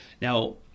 now